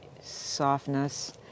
softness